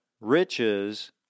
Riches